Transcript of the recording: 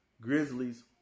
Grizzlies